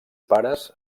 pares